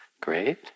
Great